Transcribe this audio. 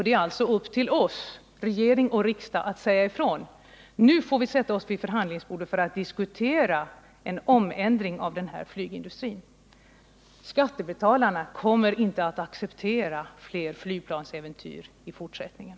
Det är således regering och riksdag som har att säga ifrån: Nu får vi sätta oss vid förhandlingsbordet för att diskutera en omläggning av flygindustrin. Skattebetalarna kommer inte att acceptera fler flygplansäventyr i fortsättningen.